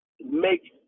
make